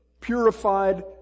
purified